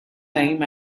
time